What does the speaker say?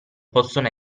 possono